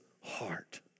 heart